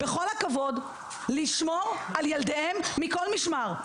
בכל הכבוד, לשמור על ילדיהם מכל משמר.